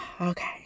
Okay